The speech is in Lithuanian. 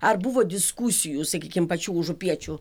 ar buvo diskusijų sakykim pačių užupiečių